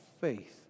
faith